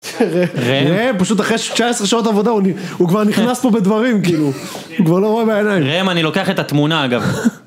ראם, פשוט אחרי 19 שעות עבודה הוא כבר נכנס פה בדברים, כאילו, הוא כבר לא רואה בעיניים. -ראם, אני לוקח את התמונה אגב